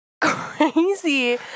crazy